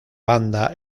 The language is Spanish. banda